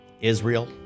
Israel